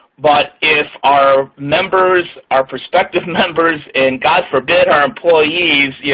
but if our members, our perspective members and, god forbid, our employees, yeah